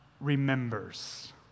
remembers